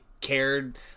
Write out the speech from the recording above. cared